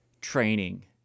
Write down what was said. training